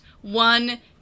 one